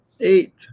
eight